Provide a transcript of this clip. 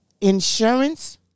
insurance